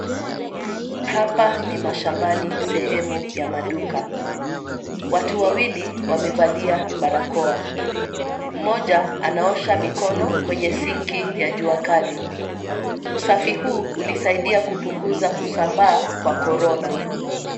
Hapa ni mashambani sehemu ya maduka. Watu wawili wamevalia barakoa. Mmoja anaosha mikono kwenye sinki ya jua kali. Usafi huu ulisaidia kupunguza kusambaa kwa corona .